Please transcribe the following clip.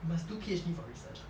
you must do P_H_D for research